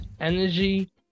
energy